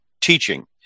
teaching